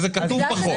זה כתוב בחוק.